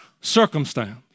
circumstance